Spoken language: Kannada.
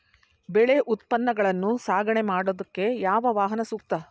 ಬೆಳೆ ಉತ್ಪನ್ನಗಳನ್ನು ಸಾಗಣೆ ಮಾಡೋದಕ್ಕೆ ಯಾವ ವಾಹನ ಸೂಕ್ತ?